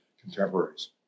contemporaries